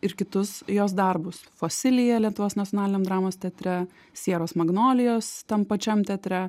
ir kitus jos darbus fosilija lietuvos nacionaliniam dramos teatre sieros magnolijos tam pačiam teatre